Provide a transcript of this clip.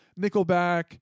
Nickelback